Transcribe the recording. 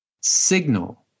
signal